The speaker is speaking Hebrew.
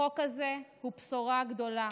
החוק הזה הוא בשורה גדולה.